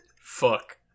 Fuck